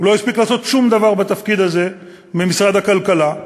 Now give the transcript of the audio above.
הוא לא הספיק לעשות שום דבר בתפקיד הזה במשרד הכלכלה.